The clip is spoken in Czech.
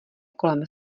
kolem